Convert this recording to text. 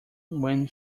when